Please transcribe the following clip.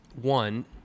one